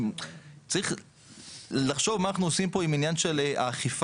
צריך לחשוב מה אנחנו עושים פה בעניין האכיפה.